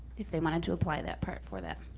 if they wanted to apply that part for that.